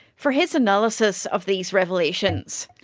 for his analysis of these revelations.